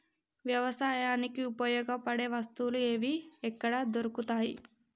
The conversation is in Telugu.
వ్యవసాయానికి ఉపయోగపడే వస్తువులు ఏవి ఎక్కడ దొరుకుతాయి?